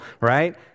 right